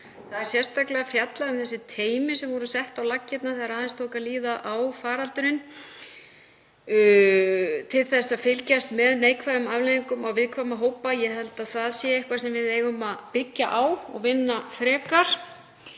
Það er sérstaklega fjallað um þessi teymi sem voru sett á laggirnar þegar aðeins tók að líða á faraldurinn til þess að fylgjast með neikvæðum afleiðingum á viðkvæma hópa. Ég held að það sé eitthvað sem við eigum að byggja á og vinna frekar.